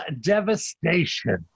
devastation